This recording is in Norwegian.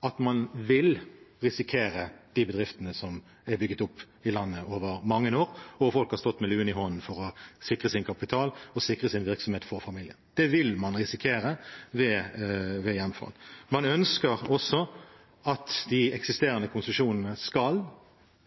at man vil risikere de bedriftene som er bygget opp i landet over mange år, og hvor folk har stått med luen i hånden for å sikre sin kapital og sin virksomhet for familien. Det vil man risikere ved hjemfall. Man ønsker også at de eksisterende konsesjonene skal hjemfalle,